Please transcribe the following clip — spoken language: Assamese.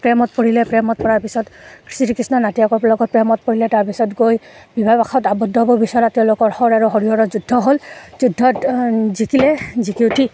প্ৰেমত পৰিলে প্ৰেমত পৰা পিছত শ্ৰীকৃষ্ণ নাতিয়েকৰ লগত প্ৰেমত পৰিলে তাৰপিছত গৈ বিবাহ পাসত আৱদ্ধ হ'ব বিচৰা তেওঁলোকৰ সৰ আৰু হৰি হৰৰ যুদ্ধ হ'ল যুদ্ধত জিকিলে জিকি উঠি